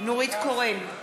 נורית קורן,